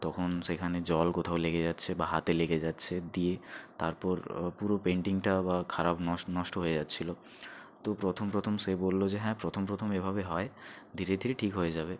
তখন সেখানে জল কোথাও লেগে যাচ্ছে বা হাতে লেগে যাচ্ছে দিয়ে তারপর পুরো পেন্টিংটা বা খারাপ নষ্ট হয়ে যাচ্ছিলো তো প্রথম প্রথম সে বললো হ্যাঁ প্রথম প্রথম এভাবে হয় ধীরে ধীরে ঠিক হয়ে যাবে